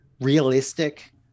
realistic